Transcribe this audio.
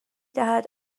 دهد